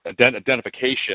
identification